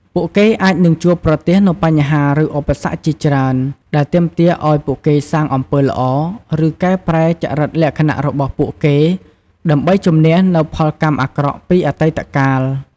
ពួកគេអាចនឹងជួបប្រទះនូវបញ្ហា ឬឧបសគ្គជាច្រើន ដែលទាមទារឱ្យពួកគេសាងអំពើល្អ ឬកែប្រែចរិតលក្ខណៈរបស់ពួកគេ ដើម្បីជម្នះនូវផលកម្មអាក្រក់ពីអតីតកាល។